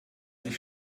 sich